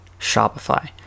Shopify